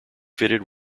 fitted